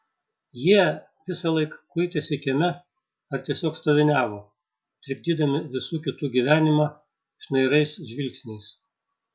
jie visąlaik kuitėsi kieme ar tiesiog stoviniavo trikdydami visų kitų gyvenimą šnairais žvilgsniais